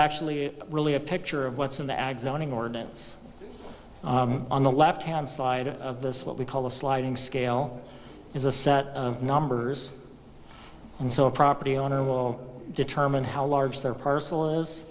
actually really a picture of what's in the ad zoning ordinance on the left hand side of this what we call a sliding scale is a set of numbers and so a property owner will determine how large their personal lives